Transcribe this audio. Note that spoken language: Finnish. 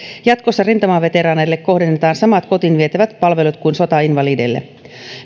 jatkossa rintamaveteraaneille kohdennetaan samat kotiin vietävät palvelut kuin sotainvalideille